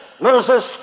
Moses